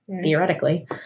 theoretically